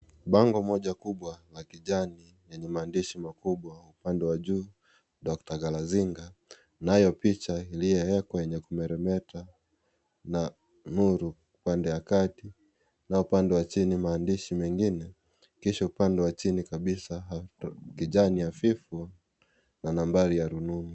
Bango moja kubwa la kijani lenye maandishi makubwa upande wa juu. Dr galazinga. Kunayo picha iliyowekwa yenye kumeremeta na nuru upande wa kati nao upande wa chini maandishi mengine, kisha upande wa chini kabisa kijani hafifu na nambari ya rununu.